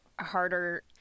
harder